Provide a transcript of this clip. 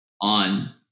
on